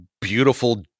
beautiful